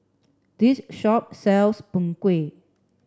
this shop sells png kueh